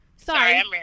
Sorry